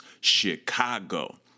Chicago